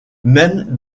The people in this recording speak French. même